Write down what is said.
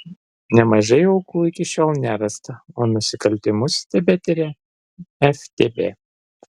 nemažai aukų iki šiol nerasta o nusikaltimus tebetiria ftb